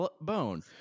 bone